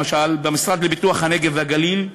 למשל במשרד לפיתוח הנגב והגליל,